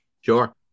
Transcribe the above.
Sure